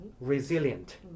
resilient